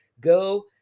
Go